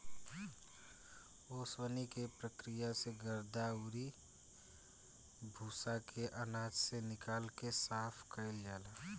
ओसवनी के प्रक्रिया से गर्दा अउरी भूसा के आनाज से निकाल के साफ कईल जाला